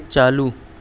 چالو